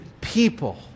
people